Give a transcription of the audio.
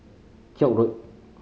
Koek Road